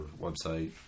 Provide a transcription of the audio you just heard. website